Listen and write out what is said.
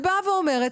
ובאה ואומרת,